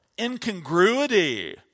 incongruity